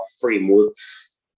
frameworks